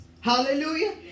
Hallelujah